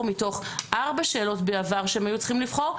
מתוך ארבע שאלות בעבר שהם היו צריכים לבחור,